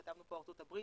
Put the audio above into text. כתבנו פה ארצות הברית,